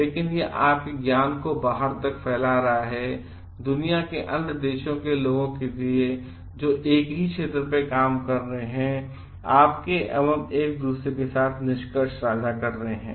लेकिन यह आपके ज्ञान को बाहर तक फैला रहा है दुनिया के अन्य लोगों के लिए जो एक ही क्षेत्र पर काम कर रहे हैं और आपके एवं एक दूसरे के साथ निष्कर्ष साझा कर रहे हैं